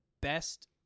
best